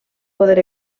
poder